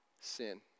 sin